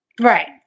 Right